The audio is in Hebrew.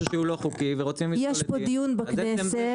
שהוא לא חוקי ורוצים --- יש פה דיון בכנסת,